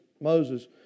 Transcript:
Moses